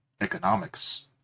economics